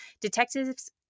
Detectives